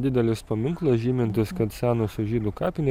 didelis paminklas žymintis kad senosios žydų kapinės